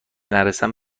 نرسم